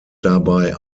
dabei